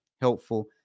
helpful